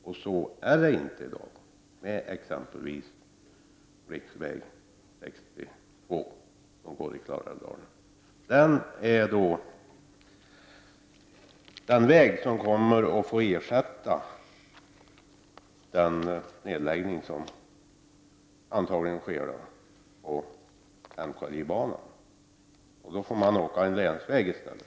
Detta är i dag inte fallet när det gäller t.ex. riksväg 62, som går i Klarälvsdalen. Denna väg kommer att ersätta NKLJ-banan när den läggs ned. Man får alltså då åka på en länsväg i stället.